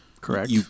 Correct